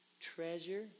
treasure